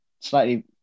slightly